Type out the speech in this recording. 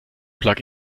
plug